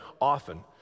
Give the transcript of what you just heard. often